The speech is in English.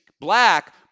black